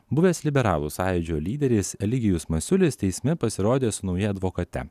buvęs liberalų sąjūdžio lyderis eligijus masiulis teisme pasirodė su nauja advokate